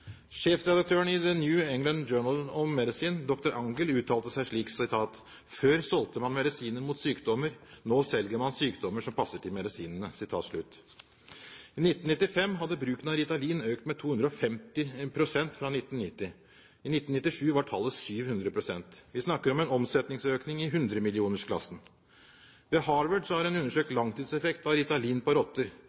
Sjefredaktøren i The New England Journal of Medicine, dr. Angell, uttalte seg slik: «Før solgte man medisiner mot sykdommer. Nå selger man sykdommer som passer til medisinene.» I 1995 hadde bruken av Ritalin økt med 250 pst. fra 1990. I 1997 var tallet 700 pst. Vi snakker om en omsetningsøkning i hundremillionersklassen. Ved Harvard har en undersøkt langtidseffekten av Ritalin på rotter.